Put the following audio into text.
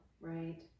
right